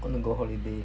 want to go holiday